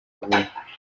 vuba